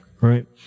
right